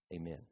Amen